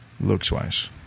looks-wise